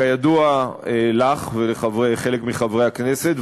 כידוע לך ולחלק מחברי הכנסת,